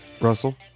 Russell